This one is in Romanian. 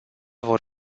vor